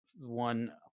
one